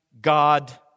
God